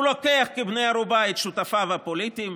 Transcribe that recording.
הוא לוקח כבני ערובה את שותפיו הפוליטיים,